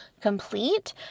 complete